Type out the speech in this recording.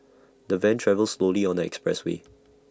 the van travelled slowly on the expressway